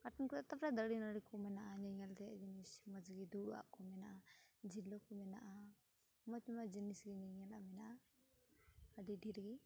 ᱠᱟᱴᱩᱱ ᱠᱚ ᱛᱟᱨᱯᱚᱨᱮ ᱫᱟᱨᱮ ᱱᱟᱹᱲᱤ ᱠᱚ ᱢᱮᱱᱟᱜᱼᱟ ᱧᱮᱧᱮᱞ ᱛᱮᱭᱟᱜ ᱡᱤᱱᱤᱥ ᱢᱚᱡᱽ ᱜᱮ ᱫᱩᱲᱩᱵ ᱟᱜ ᱠᱚ ᱢᱮᱱᱟᱜᱼᱟ ᱡᱷᱤᱞᱳ ᱠᱚ ᱢᱮᱱᱟᱜᱼᱟ ᱢᱚᱡᱽ ᱢᱚᱡᱽ ᱡᱤᱱᱤᱥ ᱜᱮ ᱧᱮᱧᱮᱞ ᱟᱜ ᱢᱮᱱᱟᱜᱼᱟ ᱟᱹᱰᱤ ᱰᱷᱮᱨ ᱜᱮ